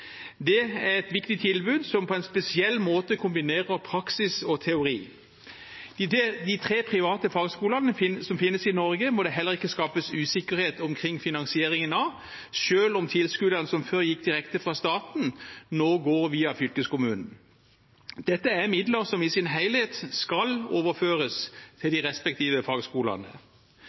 Det er et viktig tilbud som på en spesiell måte kombinerer praksis og teori. De tre private fagskolene som finnes i Norge, må det heller ikke skapes usikkerhet omkring finansieringen av, selv om tilskuddene som før gikk direkte fra staten, nå går via fylkeskommunen. Dette er midler som i sin helhet skal overføres til de respektive fagskolene.